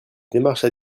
démarches